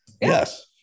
Yes